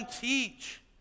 teach